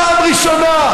פעם ראשונה.